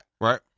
Right